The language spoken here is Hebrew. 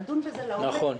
נדון בזה לעומק,